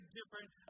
different